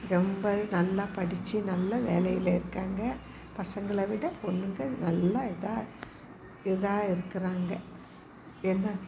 ரொம்ப நல்லா படித்து நல்ல வேலையில் இருக்காங்க பசங்களை விட பொண்ணுங்க நல்ல இதாக இதாக இருக்கிறாங்க என்ன